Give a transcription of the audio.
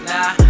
Nah